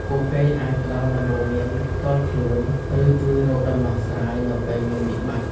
ពួកគេអាចផ្តល់ដំបូន្មានផ្ទាល់ខ្លួន ឬជួយរកដំណោះស្រាយនៅពេលមានវិបត្តិ។